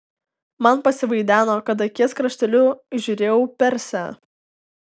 man pasivaideno kad akies krašteliu įžiūrėjau persę